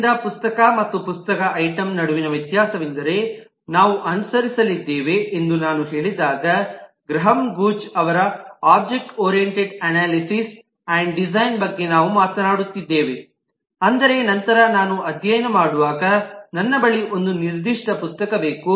ಆದ್ದರಿಂದ ಪುಸ್ತಕ ಮತ್ತು ಪುಸ್ತಕದ ಐಟಂ ನಡುವಿನ ವ್ಯತ್ಯಾಸವೆಂದರೆ ನಾವು ಅನುಸರಿಸಲಿದ್ದೇವೆ ಎಂದು ನಾನು ಹೇಳಿದಾಗ ಗ್ರಹಾಂ ಗೂಚ್ ಅವರ object oriented analysis and design ಬಗ್ಗೆ ನಾವು ಮಾತನಾಡುತ್ತಿದ್ದೇವೆ ಆದರೆ ನಂತರ ನಾನು ಅಧ್ಯಯನ ಮಾಡುವಾಗ ನನ್ನ ಬಳಿ ಒಂದು ನಿರ್ದಿಷ್ಟ ಪುಸ್ತಕ ಬೇಕು